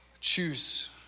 choose